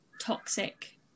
toxic